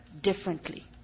differently